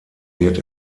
wird